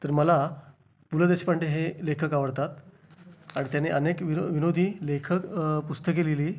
तर मला पु लं देशपांडे हे लेखक आवडतात आणि त्यांनी अनेक विनो विनोदी लेखक पुस्तके लिहिली